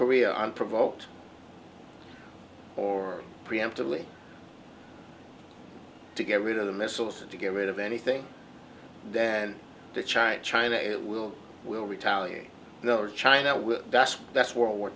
korea unprovoked or preemptively to get rid of the missiles to get rid of anything then to china china it will we will retaliate no china will thus that's world war